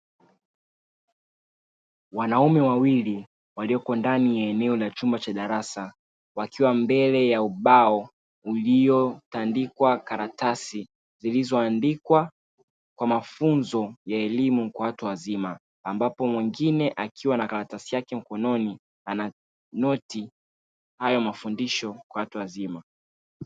Wanaume wawili walioko ndani ya eneo la chumba cha darasa wakiwa mbele ya ubao uliotandikwa karatasi, zilizoandikwa kwa mafunzo ya elimu kwa watu wazima, ambapo mwingine akiwa na karatasi yake mkononi, ana noti hayo mafundisho kwa watu wazima.